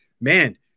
man